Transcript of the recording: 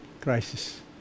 crisis